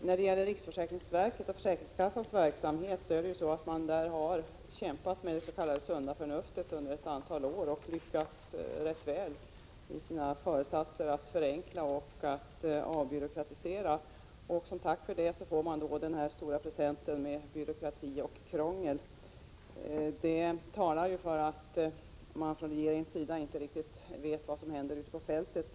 Herr talman! Inom riksförsäkringsverket och försäkringskassan har man under ett antal år kämpat för det s.k. sunda förnuftet och lyckats rätt väl i sina föresatser att förenkla och avbyråkratisera. Som tack för det får man denna stora present med byråkrati och krångel. När regeringen tillåter sig att göra på det här sättet talar det för att den inte riktigt vet vad som händer ute på fältet.